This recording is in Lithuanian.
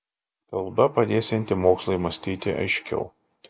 kalba padėsianti mokslui mąstyti aiškiau